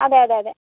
അതെയതെയതെ